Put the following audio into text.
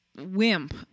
wimp